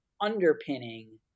underpinning